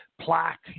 plaque